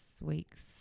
weeks